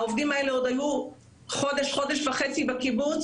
העובדים האלה עוד היו חודש או חודש וחצי בקיבוץ,